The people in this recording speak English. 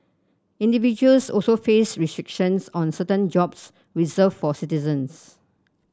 individuals also face restrictions on certain jobs reserve for citizens